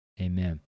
Amen